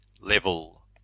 level